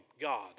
God